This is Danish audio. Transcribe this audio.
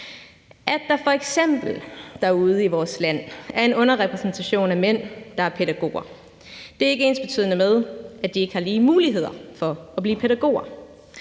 At der f.eks. derude i vores land er en underrepræsentation af mænd, der er pædagoger, er ikke ensbetydende med, at de ikke har lige muligheder for at blive pædagoger.